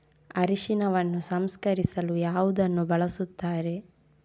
ಅರಿಶಿನವನ್ನು ಸಂಸ್ಕರಿಸಲು ಯಾವುದನ್ನು ಬಳಸುತ್ತಾರೆ?